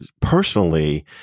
personally